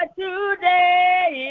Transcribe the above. today